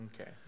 Okay